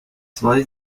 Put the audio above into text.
zwei